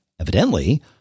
Evidently